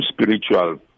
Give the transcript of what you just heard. spiritual